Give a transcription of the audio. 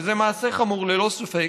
וזה מעשה חמור לא ספק,